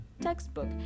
textbook